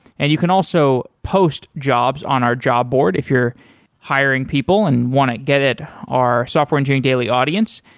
and you can also post jobs on our job board if you're hiring people and want to get at our software engineering daily audience.